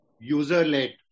User-led